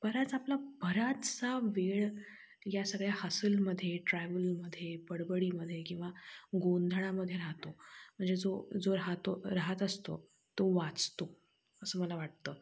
बऱ्याच आपला बराचसा वेळ या सगळ्या हसलमध्ये ट्रॅवलमध्ये बडबडीमध्ये किंवा गोंधळामध्ये राहतो म्हणजे जो जो राहतो राहत असतो तो वाचतो असं मला वाटतं